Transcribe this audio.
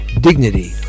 dignity